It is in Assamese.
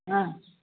অঁ